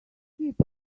scoop